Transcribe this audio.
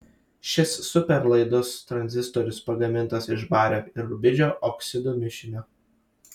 šis superlaidus tranzistorius pagamintas iš bario ir rubidžio oksidų mišinio